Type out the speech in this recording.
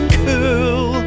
cool